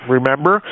Remember